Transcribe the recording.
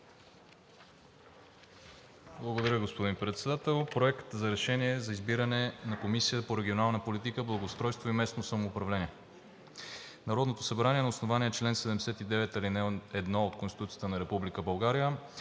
Благодаря, господни Председател. „Проект! РЕШЕНИЕ за избиране на Комисия по регионална политика, благоустройство и местно самоуправление Народното събрание на основание чл. 79, ал. 1 от Конституцията на